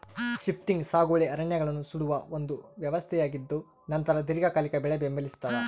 shifting ಸಾಗುವಳಿ ಅರಣ್ಯಗಳನ್ನು ಸುಡುವ ಒಂದು ವ್ಯವಸ್ಥೆಯಾಗಿದ್ದುನಂತರ ದೀರ್ಘಕಾಲಿಕ ಬೆಳೆ ಬೆಂಬಲಿಸ್ತಾದ